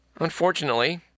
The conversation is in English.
Unfortunately